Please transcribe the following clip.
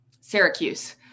Syracuse